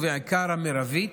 ובעיקר המרבית,